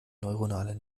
neuronale